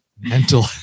mental